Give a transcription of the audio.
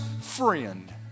friend